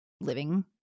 living